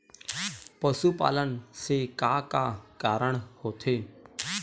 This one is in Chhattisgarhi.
पशुपालन से का का कारण होथे?